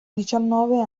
diciannove